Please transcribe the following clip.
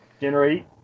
Generate